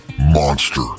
Monster